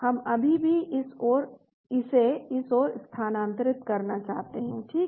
हम अभी भी इसे इस ओर स्थानांतरित करना चाहते हैं ठीक